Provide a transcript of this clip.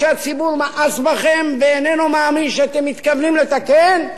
שהציבור מאס בכם ואיננו מאמין שאתם מתכוונים לתקן,